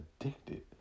addicted